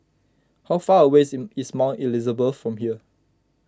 how far a ways in is Mount Elizabeth from here